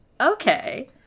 Okay